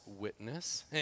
witness